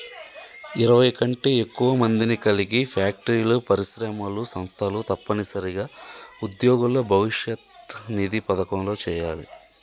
ఇరవై కంటే ఎక్కువ మందిని కలిగి ఫ్యాక్టరీలు పరిశ్రమలు సంస్థలు తప్పనిసరిగా ఉద్యోగుల భవిష్యత్ నిధి పథకంలో చేయాలి